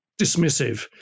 dismissive